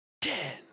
Ten